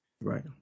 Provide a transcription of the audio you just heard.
Right